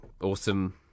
awesome